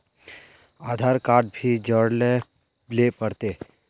आधार card भी जोरबे ले पड़ते?